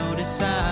notice